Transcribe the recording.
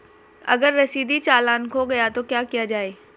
अगर रसीदी चालान खो गया तो क्या किया जाए?